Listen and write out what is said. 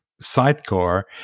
sidecar